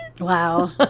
wow